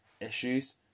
issues